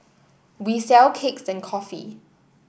we sell cakes and coffee